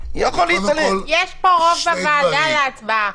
יש פה רוב בוועדה להצבעה.